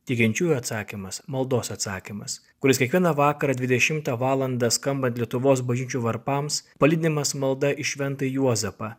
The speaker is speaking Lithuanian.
tikinčiųjų atsakymas maldos atsakymas kuris kiekvieną vakarą dvidešimtą valandą skambant lietuvos bažnyčių varpams palydimas malda į šventąjį juozapą